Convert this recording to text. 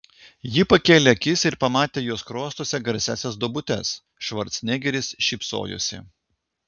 ji pakėlė akis ir pamatė jo skruostuose garsiąsias duobutes švarcnegeris šypsojosi